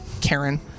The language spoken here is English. Karen